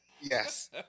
Yes